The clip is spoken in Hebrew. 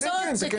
אלא אם כן זה כסף